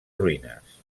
ruïnes